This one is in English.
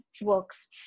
works